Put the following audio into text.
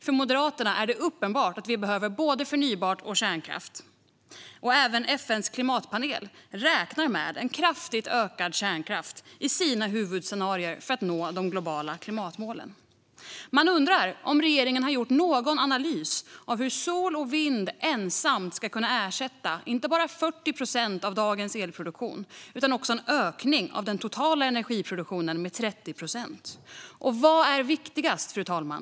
För Moderaterna är det uppenbart att vi behöver både förnybart och kärnkraft. Även FN:s klimatpanel räknar med en kraftigt ökad kärnkraft i sina huvudscenarier för att nå de globala klimatmålen. Har regeringen gjort någon analys av hur sol och vind ensamma ska ersätta inte bara 40 procent av dagens elproduktion utan också en ökning av den totala energiproduktionen med 30 procent? Vad är viktigast, fru talman?